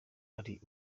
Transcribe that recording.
ari